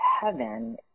heaven